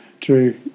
True